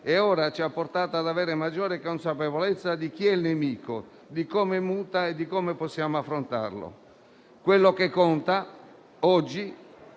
portandoci ora ad avere maggiore consapevolezza di chi è il nemico, di come muta e di come possiamo affrontarlo. Quello che conta oggi